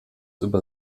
über